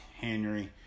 Henry